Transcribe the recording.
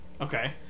Okay